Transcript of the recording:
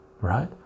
right